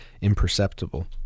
imperceptible